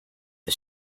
the